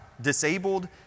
disabled